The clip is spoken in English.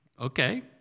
Okay